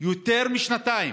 יותר משנתיים,